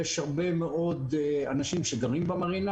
יש הרבה מאוד אנשים שגרים במרינה,